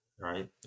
right